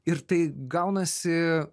ir tai gaunasi